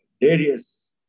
Darius